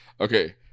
Okay